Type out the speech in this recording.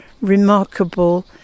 remarkable